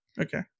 Okay